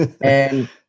And-